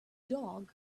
dog